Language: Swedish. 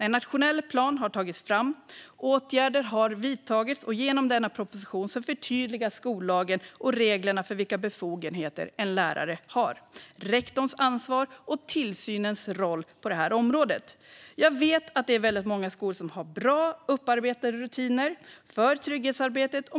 En nationell plan har tagits fram, och åtgärder har vidtagits. Genom denna proposition förtydligas skollagen, reglerna för vilka befogenheter en lärare har, rektorns ansvar och tillsynens roll på det här området. Jag vet att det är väldigt många skolor som har bra upparbetade rutiner för trygghetsarbetet.